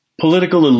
political